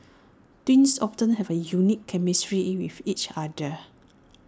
twins often have A unique chemistry with each other